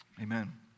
amen